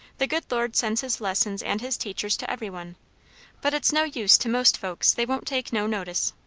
the good lord sends his lessons and his teachers to every one but it's no use to most folks they won't take no notice.